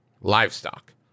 livestock